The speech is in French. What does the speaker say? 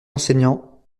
enseignants